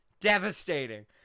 Devastating